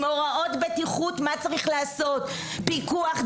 עם הוראות בטיחות של מה צריך לעשות: פיקוח,